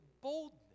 boldness